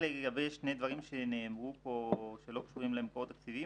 לגבי שני דברים שנאמרו פה ולא קשורים למקורות תקציביים